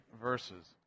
verses